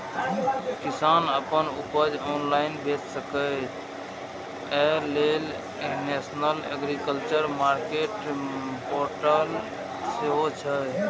किसान अपन उपज ऑनलाइन बेच सकै, अय लेल नेशनल एग्रीकल्चर मार्केट पोर्टल सेहो छै